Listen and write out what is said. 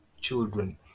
children